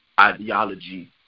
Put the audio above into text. ideology